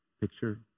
picture